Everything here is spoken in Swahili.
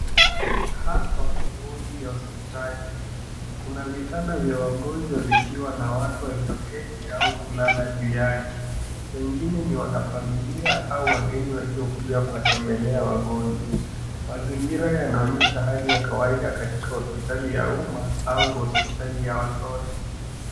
Hapa ni wodi ya hospitali. Kuna vitanda vya wagonjwa vikiwa na watu walioketi au kulala juu yake. Wengine ni wana familia au wageni waliokuja kutembelea wagonjwa. Mazingira yanaonyesha hali ya kawaida katika hositali au umma au hospitali ya watoto.